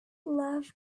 love